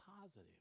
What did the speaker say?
positive